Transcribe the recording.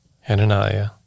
Hananiah